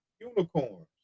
unicorns